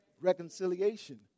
Reconciliation